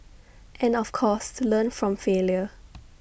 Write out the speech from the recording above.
and of course to learn from failure